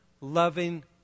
loving